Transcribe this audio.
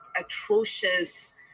atrocious